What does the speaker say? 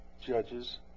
judges